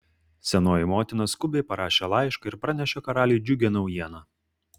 senoji motina skubiai parašė laišką ir pranešė karaliui džiugią naujieną